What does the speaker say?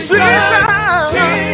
Jesus